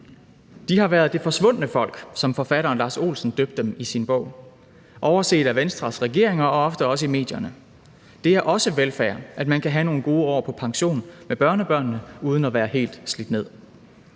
De har været det forsvundne folk, som forfatteren Lars Olsen døbte dem i sin bog, overset af Venstres regeringer og ofte også i medierne. Det er også velfærd, at man kan have nogle gode år på pension med børnebørnene uden at være helt slidt ned.